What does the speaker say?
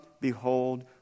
behold